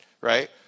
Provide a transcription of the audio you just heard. right